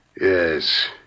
Yes